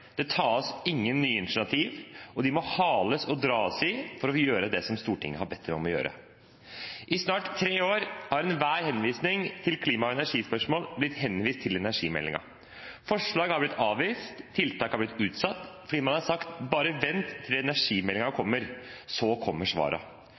Det tas ingen nye initiativ, og den må hales og dras i for å gjøre det som Stortinget har bedt den om å gjøre. I snart tre år har enhver henvisning til klima- og energispørsmål blitt henvist til energimeldingen, forslag har blitt avvist, og tiltak har blitt utsatt fordi man har sagt: Bare vent til energimeldingen kommer, så kommer svarene. Skuffelsen var derfor stor da det kom